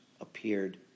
appeared